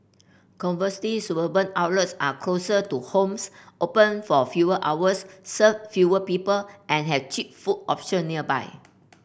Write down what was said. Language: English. conversely suburban outlets are closer to homes open for fewer hours serve fewer people and have cheap food option nearby